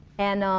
and um